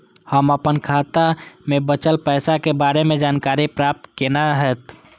हम अपन खाता में बचल पैसा के बारे में जानकारी प्राप्त केना हैत?